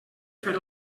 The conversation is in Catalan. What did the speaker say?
fer